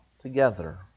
together